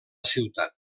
ciutat